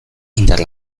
indar